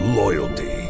loyalty